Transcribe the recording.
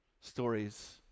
Stories